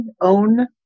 own